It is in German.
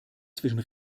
zwischen